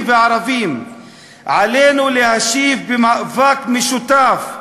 לערבים עלינו להשיב במאבק משותף,